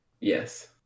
Yes